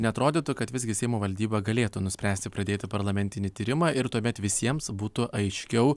neatrodytų kad visgi seimo valdyba galėtų nuspręsti pradėti parlamentinį tyrimą ir tuomet visiems būtų aiškiau